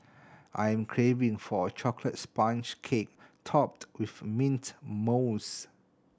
I am craving for a chocolate sponge cake topped with mint mousse